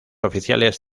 oficiales